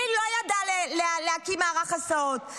היא לא ידעה להקים מערך הסעות,